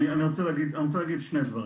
אני רוצה להגיד שני דברים.